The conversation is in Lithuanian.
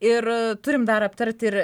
ir turime dar aptarti ir